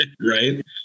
right